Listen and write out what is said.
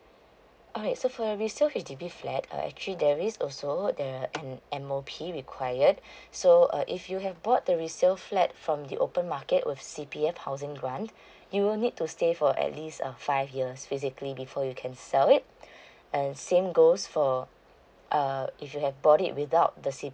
alright so for your resale H_D_B flat uh actually there is also there are an M_O_P required so uh if you have bought the resale flat from the open market with C_P_F housing grant you would need to stay for at least err five years physically before you can sell it and same goes for uh if you have bought it without the C_P_F